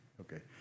okay